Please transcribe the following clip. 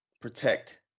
protect